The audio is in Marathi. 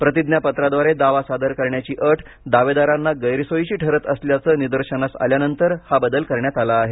प्रतिज्ञापत्राद्वारे दावा सादर करण्याची अट दावेदारांना गैरसोयीची ठरत असल्याचं निदर्शनास आल्यानंतर हा बदल करण्यात आला आहे